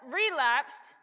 relapsed